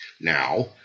Now